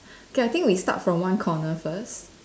k I think we start from one corner first